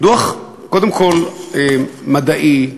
הוא קודם כול דוח מדעי,